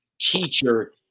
teacher